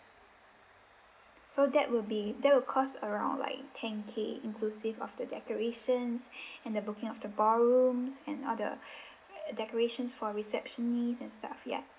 so that will be that will cost around like ten K inclusive of the decorations and the booking of the ballrooms and all the decorations for receptionists and stuff ya